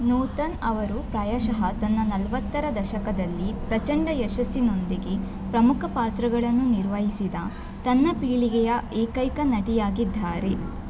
ನೂತನ್ ಅವರು ಪ್ರಾಯಶಃ ತನ್ನ ನಲವತ್ತರ ದಶಕದಲ್ಲಿ ಪ್ರಚಂಡ ಯಶಸ್ಸಿನೊಂದಿಗೆ ಪ್ರಮುಖ ಪಾತ್ರಗಳನ್ನು ನಿರ್ವಹಿಸಿದ ತನ್ನ ಪೀಳಿಗೆಯ ಏಕೈಕ ನಟಿಯಾಗಿದ್ದಾರೆ